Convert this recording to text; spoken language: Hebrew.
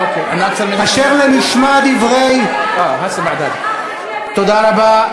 אוקיי, אשר למשמע דברי, תודה רבה.